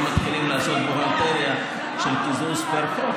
מתחילים לעשות בוכהלטריה של קיזוז פר חוק,